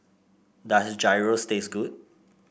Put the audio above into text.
does Gyros taste good